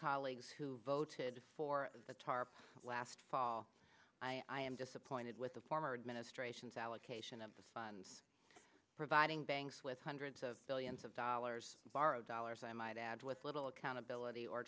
colleagues who voted for the tarp last fall i am disappointed with the former administration's allocation of the funds providing banks with hundreds of billions of dollars borrowed dollars i might add with little accountability or